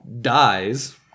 Dies